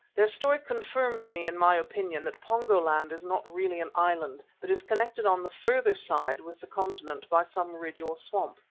their story confirmed me in my opinion that pongo-land is not really an island, but is connected on the further side with the continent by some ridge or swamp.